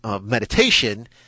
meditation